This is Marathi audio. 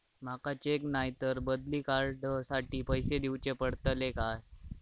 माका चेक नाय तर बदली कार्ड साठी पैसे दीवचे पडतले काय?